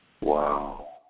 Wow